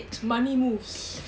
money moves